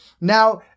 Now